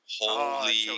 Holy